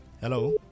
Hello